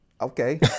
okay